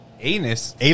Anus